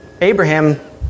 Abraham